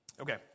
Okay